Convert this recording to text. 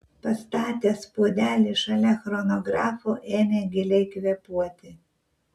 pastatęs puodelį šalia chronografo ėmė giliai kvėpuoti